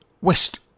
west